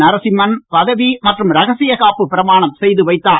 நரசிம்மன் பதவி மற்றும் ரகசிய காப்புப் பிரமாணம் செய்து வைத்தார்